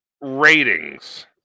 ratings